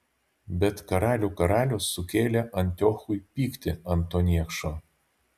bet karalių karalius sukėlė antiochui pyktį ant to niekšo